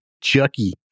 Chucky